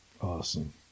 Awesome